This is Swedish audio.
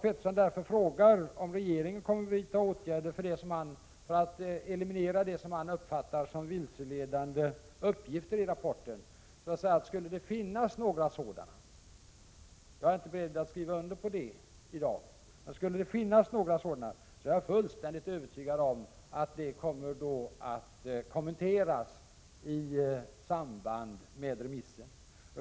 Hans Pettersson frågar om regeringen kommer att vidta åtgärder för att eliminera det som han uppfattar som vilseledande uppgifter i rapporten, och om det skulle finnas några sådana — jag är inte beredd att skriva under på det i dag — är jag fullständigt övertygad om att det kommenteras i samband med remissen.